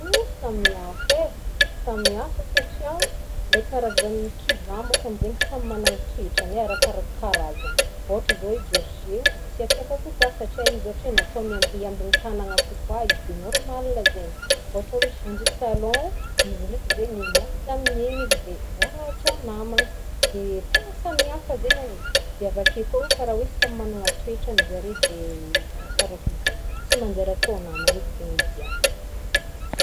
Samihafa eh- samihafa satria ilay karazan'ny kivà moa kany izegny samy magnagny toetrany arakaraky karazany, ohatra izao hoe berger io masiatsiaka kokoa satria izy ohatra hoe natao hiamby- hiambigny tanàna kokoa de normal zegny, ohatra hoe chien de salon, izy ndreky zegny milamindamigny eny de mora atao namagna dia tegna samihafa zegny anie dia avy akeo karaha ny hoe samy manana toetrany zare de arakaraky zay, tsy manjary atao namana avy zegny izy jiaby.